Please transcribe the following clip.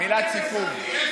מילת סיכום.